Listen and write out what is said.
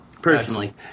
personally